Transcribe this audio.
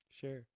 Sure